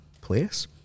place